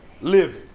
Living